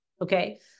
Okay